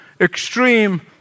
extreme